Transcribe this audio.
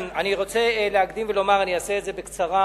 אני רוצה להקדים ולומר, אני אעשה את זה בקצרה,